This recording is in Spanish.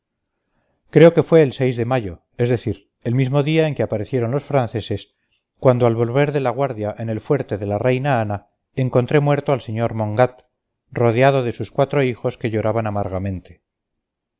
creo que fue el de mayo es decir el mismo día en que aparecieron los franceses cuando al volver de la guardia en el fuerte de la reina ana encontré muerto al sr mongat rodeado de sus cuatro hijos que lloraban amargamente